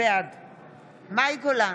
בעד מאי גולן,